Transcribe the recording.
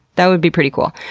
that would be pretty cool.